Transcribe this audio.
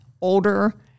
older